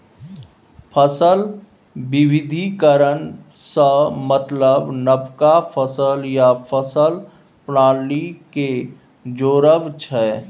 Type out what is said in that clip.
फसल बिबिधीकरण सँ मतलब नबका फसल या फसल प्रणाली केँ जोरब छै